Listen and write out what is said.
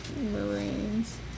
Marines